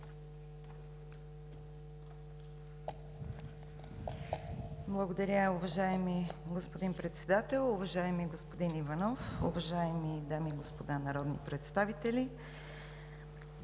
Благодаря, уважаеми господин Председател. Уважаема госпожо Желязкова, уважаеми госпожи и господа народни представители!